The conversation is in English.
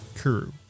Kuru